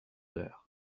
heures